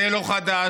זה לא חדש,